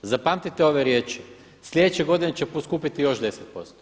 Zapamtite ove riječi, sljedeće godine će poskupiti još 10%